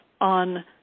on